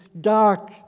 dark